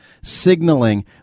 signaling